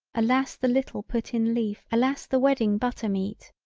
alas the little put in leaf alas the wedding butter meat,